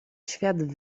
świat